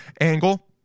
angle